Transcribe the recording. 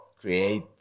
create